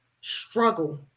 struggle